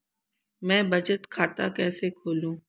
मैं बचत खाता कैसे खोलूं?